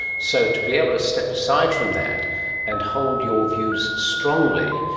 so to be able to step aside from that and hold your views strongly,